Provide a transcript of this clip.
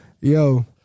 Yo